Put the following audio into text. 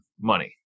money